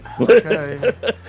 Okay